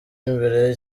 imbere